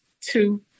two